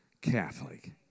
Catholic